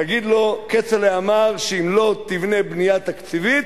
תגיד לו: כצל'ה אמר שאם לא תבנה בנייה תקציבית,